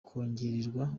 kongererwa